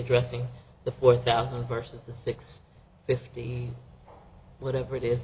addressing the four thousand person the six fifteen whatever it is